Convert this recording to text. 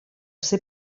ser